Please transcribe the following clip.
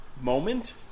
Moment